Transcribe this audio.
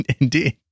Indeed